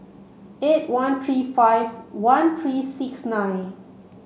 eight one three five one three six nine